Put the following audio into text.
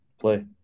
Play